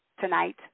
tonight